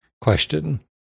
question